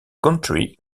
country